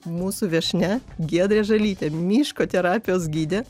mūsų viešnia giedrė žalytė miško terapijos gidė